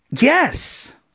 Yes